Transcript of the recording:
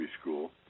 School